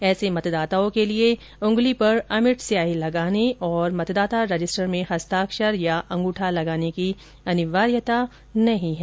ऐसे मतदाताओं के लिए उंगली पर अमिट स्याही लगाने और मतदाता रजिस्टर में हस्ताक्षर या अंगूठा लगाने की अनिवार्यता नहीं है